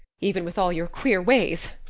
even with all your queer ways.